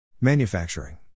Manufacturing